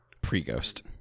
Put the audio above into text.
Pre-ghost